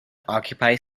occupy